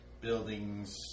buildings